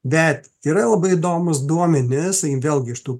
bet yra labai įdomūs duomenys sakykim vėlgi iš tų